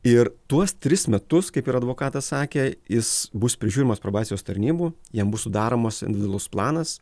ir tuos tris metus kaip ir advokatas sakė jis bus prižiūrimas probacijos tarnybų jam bus sudaromas individualus planas